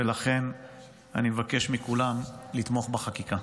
ולכן אני מבקש מכולם לתמוך בחקיקה.